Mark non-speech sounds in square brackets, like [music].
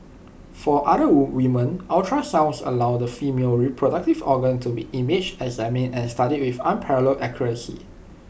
for other [unintelligible] women ultrasound allows the female reproductive organs to be imaged examined and studied with unparalleled accuracy